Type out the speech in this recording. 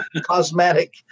cosmetic